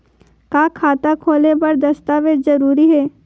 का खाता खोले बर दस्तावेज जरूरी हे?